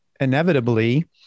inevitably